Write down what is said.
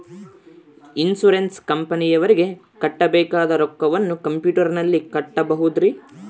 Insurance ಕಂಪನಿಯವರಿಗೆ ಕಟ್ಟಬೇಕಾದ ರೊಕ್ಕವನ್ನು ಕಂಪ್ಯೂಟರನಲ್ಲಿ ಕಟ್ಟಬಹುದ್ರಿ?